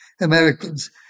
Americans